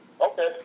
Okay